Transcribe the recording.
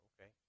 okay